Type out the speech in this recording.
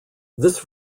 this